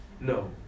No